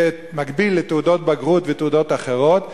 כמקביל לתעודות בגרות ותעודות אחרות,